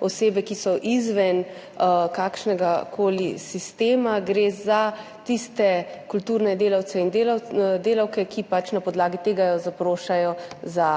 osebe, ki so izven kakršnegakoli sistema, gre za tiste kulturne delavce in delavke, ki na podlagi tega zaprošajo za